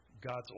God's